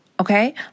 Okay